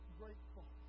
grateful